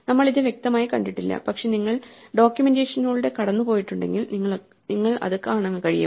നമ്മൾ ഇത് വ്യക്തമായി കണ്ടിട്ടില്ല പക്ഷേ നിങ്ങൾ ഡോക്യുമെന്റേഷനിലൂടെ കടന്നുപോയിട്ടുണ്ടെങ്കിൽ നിങ്ങൾ അത് കാണാൻ കഴിയും